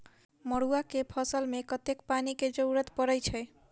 मड़ुआ केँ फसल मे कतेक पानि केँ जरूरत परै छैय?